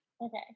Okay